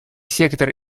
сектор